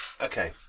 Okay